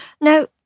Now